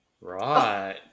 Right